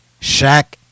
Shaq